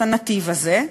את הנתיב הזה,